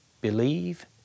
believe